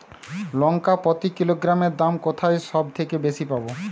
লঙ্কা প্রতি কিলোগ্রামে দাম কোথায় সব থেকে বেশি পাব?